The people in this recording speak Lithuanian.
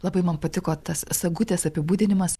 labai man patiko tas sagutės apibūdinimas